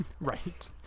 Right